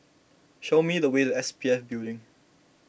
show me the way to S P F Building